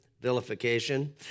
vilification